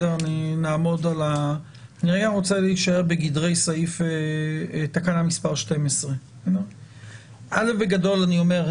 אני רגע רוצה להישאר בגדרי תקנה מס' 12. בגדול אני אומר,